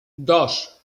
dos